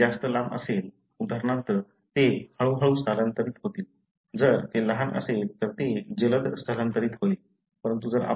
जर ते जास्त लांब असेल उदाहरणार्थ ते हळूहळू स्थलांतरित होईल जर ते लहान असेल तर ते जलद स्थलांतरित होईल